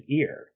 ear